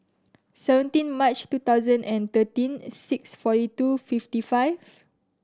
seventeen March two thousand and thirteen six forty two fifty five